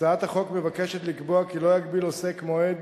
הצעת החוק מבקשת לקבוע כי לא יגביל עוסק מועד